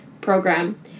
program